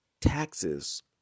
taxes